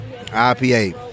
IPA